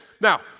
Now